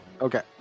Okay